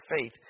faith